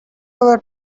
ever